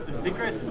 secret?